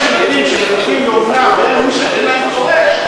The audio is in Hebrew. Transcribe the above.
שיש ילדים שמחכים לאומנה ואין להם דורש,